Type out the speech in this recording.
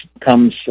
comes